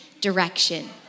direction